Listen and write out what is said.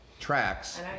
Tracks